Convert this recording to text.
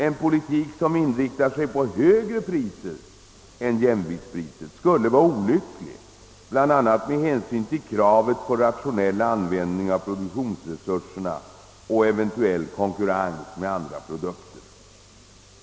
En politik som inriktar sig på högre priser än jämviktspriset skulle vara olycklig bl.a. med hänsyn till kravet på en rationell användning av produktionsresurserna och eventuell konkurrens med andra produkter.